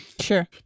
Sure